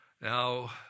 Now